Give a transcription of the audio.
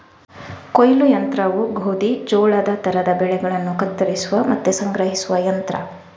ಕೊಯ್ಲು ಯಂತ್ರವು ಗೋಧಿ, ಜೋಳದ ತರದ ಬೆಳೆಗಳನ್ನ ಕತ್ತರಿಸುವ ಮತ್ತೆ ಸಂಗ್ರಹಿಸುವ ಯಂತ್ರ